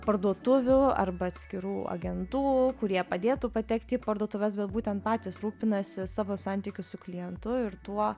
parduotuvių arba atskirų agentų kurie padėtų patekti į parduotuves bet būtent patys rūpinasi savo santykiu su klientu ir tuo